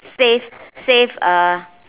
save save uh